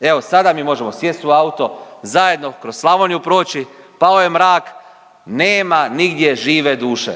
Evo, sada mi možemo sjest u auto, zajedno kroz Slavoniju proći, pao je mrak nema nigdje žive duše.